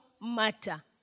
matter